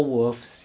ya